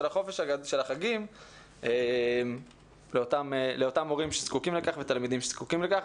החגים לאותם תלמידים ומורים שזקוקים לכך.